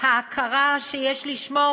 ההכרה שיש לשמור